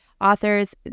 authors